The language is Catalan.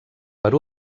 per